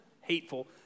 hateful